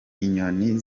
inyoni